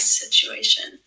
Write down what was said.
situation